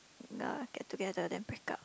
ya get together then break up